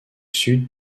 sud